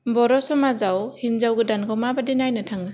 बर' समाजाव हिनजाव गोदानखौ माबादि नायनो थाङो